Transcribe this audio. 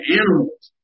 animals